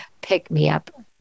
pick-me-up